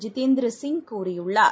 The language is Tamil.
ஜிதேந்திரசிய் கூறியுள்ளார்